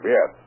Yes